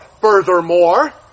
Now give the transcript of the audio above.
furthermore